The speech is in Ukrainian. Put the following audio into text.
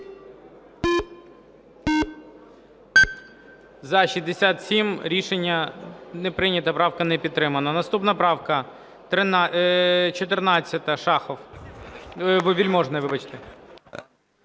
За-67 Рішення не прийнято. Правка не підтримана. Наступна правка 14, Шахов. Вельможний, вибачте.